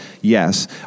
yes